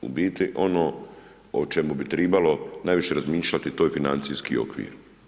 U biti ono o čemu bi trebalo najviše razmišljati, to je financijski okvir.